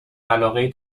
علاقه